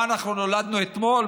מה, אנחנו נולדנו אתמול?